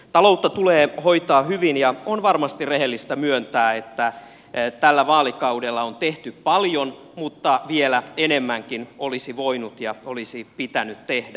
taloutta tulee hoitaa hyvin ja on varmasti rehellistä myöntää että tällä vaalikaudella on tehty paljon mutta vielä enemmänkin olisi voinut ja olisi pitänyt tehdä